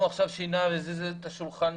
אם הוא עכשיו שינה והזיז את השולחן?